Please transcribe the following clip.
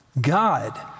God